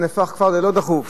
זה נהפך כבר ללא דחוף.